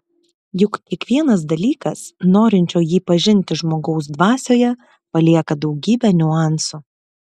juk kiekvienas dalykas norinčio jį pažinti žmogaus dvasioje palieka daugybę niuansų